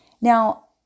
Now